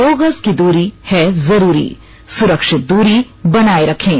दो गज की दूरी है जरूरी सुरक्षित दूरी बनाए रखें